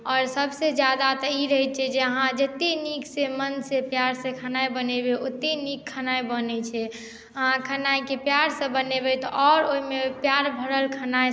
आओर सभसँ ज्यादा तऽ ई रहैत छै जे अहाँ जतेक नीकसँ मोनसँ प्यारसँ खेनाइ बनेबै ओत्तेक नीक खेनाइ बनैत छै अहाँ खेनाइकेँ प्यारसँ बनेबै तऽ आओर ओहिमे प्यार भरल खेनाइ